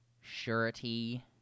surety